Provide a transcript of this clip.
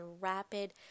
rapid